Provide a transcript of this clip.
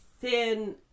thin